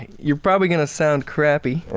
you're probably gonna sound crappy.